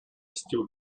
still